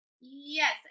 Yes